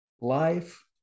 Life